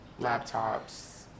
laptops